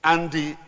Andy